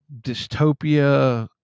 dystopia